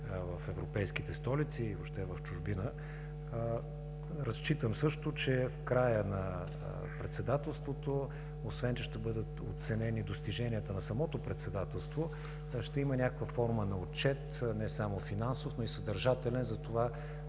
в европейските столици и въобще в чужбина. Разчитам също, че в края на Председателството, освен че ще бъдат оценени достиженията на самото Председателство, ще има някаква форма на отчет не само финансов, но и съдържателен за това